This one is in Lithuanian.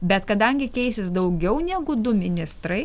bet kadangi keisis daugiau negu du ministrai